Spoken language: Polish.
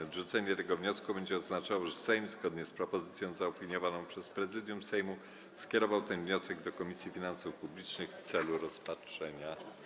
Odrzucenie tego wniosku będzie oznaczało, że Sejm, zgodnie z propozycją zaopiniowaną przez Prezydium Sejmu, skierował ten projekt do Komisji Finansów Publicznych w celu rozpatrzenia.